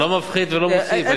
אני לא מפחית ולא מוסיף.